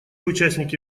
участники